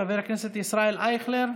חבר הכנסת ישראל אייכלר,